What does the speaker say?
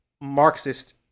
marxist